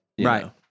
Right